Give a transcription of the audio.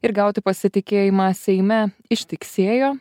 ir gauti pasitikėjimą seime ištiksėjo